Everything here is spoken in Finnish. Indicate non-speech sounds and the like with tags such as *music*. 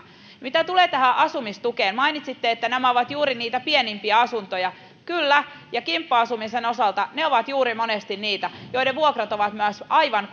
mitä tulee tähän asumistukeen mainitsitte että nämä ovat juuri niitä pienimpiä asuntoja kyllä ja kimppa asumisen osalta ne ovat monesti juuri niitä joiden vuokrat ovat myös aivan *unintelligible*